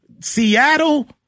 Seattle